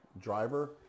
driver